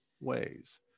ways